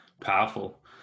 powerful